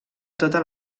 tota